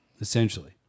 essentially